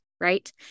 right